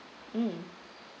mm